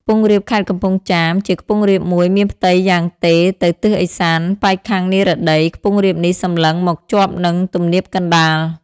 ខ្ពង់រាបខេត្តកំពង់ចាម ជាខ្ពង់រាបមួយមានផ្ទៃយ៉ាងទេរទៅទិសឦសាន ប៉ែកខាងនិរតី ខ្ពង់រាបនេះសម្លឹងមកជាប់នឹង ទំនាបកណ្តាល ។